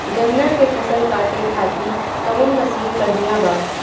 गन्ना के फसल कांटे खाती कवन मसीन बढ़ियां बा?